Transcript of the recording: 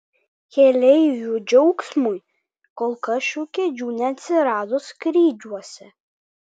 keleivių džiaugsmui kol kas šių kėdžių neatsirado skrydžiuose